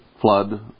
flood